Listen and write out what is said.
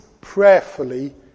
prayerfully